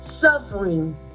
suffering